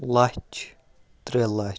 لَچھ ترٛےٚ لَچھ